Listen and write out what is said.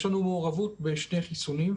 יש לנו מעורבות בשני חיסונים,